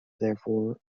therefore